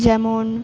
যেমন